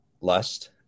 lust